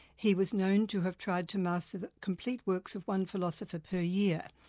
he was known to have tried to master the complete works of one philosopher per year.